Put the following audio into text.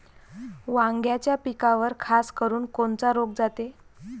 वांग्याच्या पिकावर खासकरुन कोनचा रोग जाते?